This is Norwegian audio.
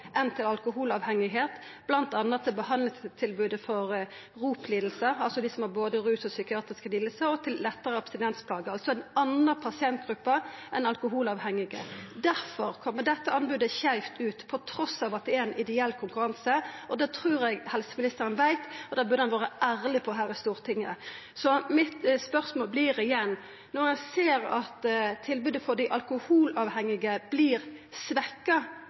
alkoholavhengigheit, bl.a. til behandlingstilbodet for ROP-lidingar, altså dei som har både rus- og psykiatriske lidingar, og til lettare abstinensplagar – altså andre pasientgrupper enn alkoholavhengige. Difor kjem dette anbodet skeivt ut, trass i at det er ein ideell konkurranse. Det trur eg helseministeren veit, og det burde han ha vore ærleg på her i Stortinget. Så mitt spørsmål vert igjen: Når ein ser at tilbodet for dei alkoholavhengige vert svekt